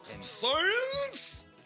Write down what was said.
Science